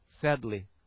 sadly